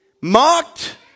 mocked